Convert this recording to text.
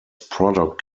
product